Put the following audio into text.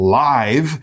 live